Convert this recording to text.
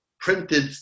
printed